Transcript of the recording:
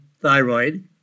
thyroid